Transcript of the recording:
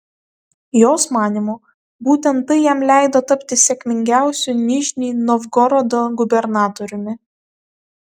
jos manymu būtent tai jam leido tapti sėkmingiausiu nižnij novgorodo gubernatoriumi